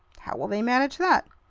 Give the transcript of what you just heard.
how will they manage that?